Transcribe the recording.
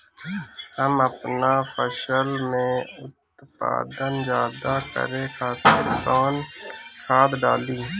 हम आपन फसल में उत्पादन ज्यदा करे खातिर कौन खाद डाली?